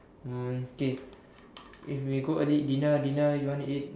mm okay if we go early eat dinner dinner you want to eat